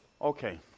Okay